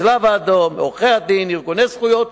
הצלב-האדום, עורכי-דין, ארגוני זכויות,